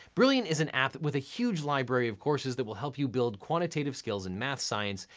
brilliant is an app with a huge library of courses that will help you build quantitative skills in math, science,